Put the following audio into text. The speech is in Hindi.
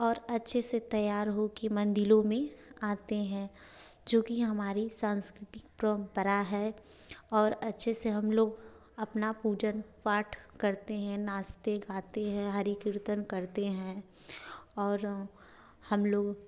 और अच्छे से तैयार हो के मंदिरों में आते हैं जो कि हमारी सांस्कृतिक परंपरा है और अच्छे से हम लोग अपन पूजन पाठ करते हैं नाचते गाते हैं हरि कीर्तन करते हैं और हम लोग